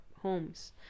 homes